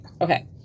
Okay